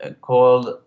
called